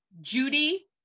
Judy